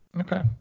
Okay